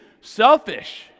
selfish